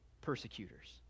persecutors